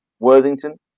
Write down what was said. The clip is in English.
Worthington